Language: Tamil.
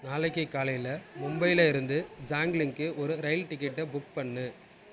நாளைக்கு காலையில் மும்பையில் இருந்து சாங்லிங்குக்கு ஒரு ரயில் டிக்கெட்டை புக் பண்ணு